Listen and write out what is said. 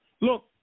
Look